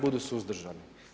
Budu suzdržani.